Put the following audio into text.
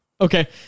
Okay